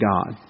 God